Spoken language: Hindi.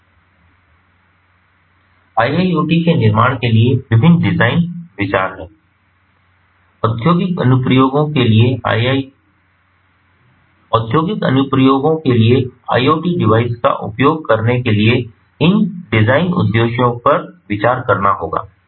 IIoT के निर्माण के लिए विभिन्न डिज़ाइन विचार हैं औद्योगिक अनुप्रयोगों के लिए IoT डिवाइस का उपयोग करने के लिए इन डिज़ाइन उद्देश्यों पर विचार करना होगा